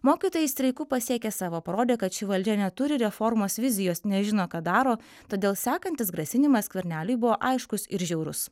mokytojai streiku pasiekė savo parodė kad ši valdžia neturi reformos vizijos nežino ką daro todėl sekantis grasinimas skverneliui buvo aiškus ir žiaurus